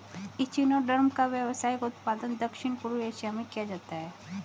echinoderm का व्यावसायिक उत्पादन दक्षिण पूर्व एशिया में किया जाता है